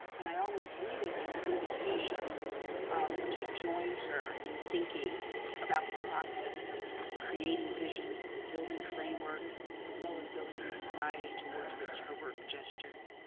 and i always read it as an invitation to join her in thinking about the process of creating visions, building frameworks, as well as building this society towards which her work gestures.